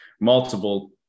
multiple